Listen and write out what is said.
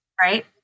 right